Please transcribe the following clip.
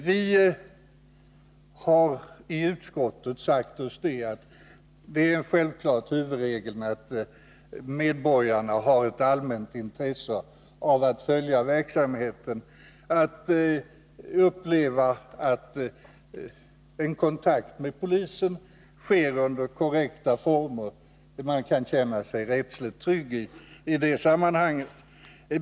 Vi har i utskottet sagt oss att huvudregeln självfallet är att medborgarna har ett allmänt intresse av att följa verksamheten, att uppleva att en kontakt med polisen sker under korrekta former och att man kan känna sig rättsligt trygg i det sammanhanget.